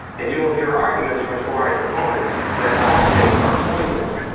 and you will hear arguments from fluoride proponents, that all things are poisonous,